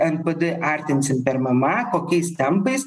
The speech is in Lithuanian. npd artinsim per mma kokiais tempais